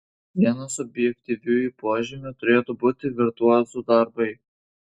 vienas objektyviųjų požymių turėtų būti virtuozų darbai